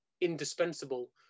indispensable